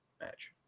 match